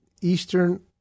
Eastern